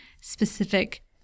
specific